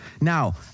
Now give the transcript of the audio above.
Now